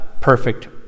perfect